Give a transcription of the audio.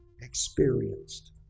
experienced